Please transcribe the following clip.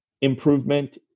improvement